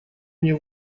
мне